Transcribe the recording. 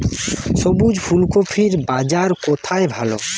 সবুজ ফুলকপির বাজার কোথায় ভালো?